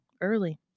early